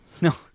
No